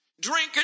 drinking